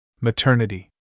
Maternity